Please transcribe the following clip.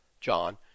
John